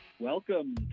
Welcome